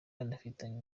banafitanye